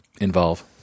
involve